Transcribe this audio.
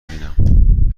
بینم